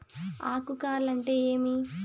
ఆకు కార్ల్ అంటే ఏమి?